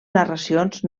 narracions